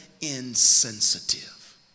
insensitive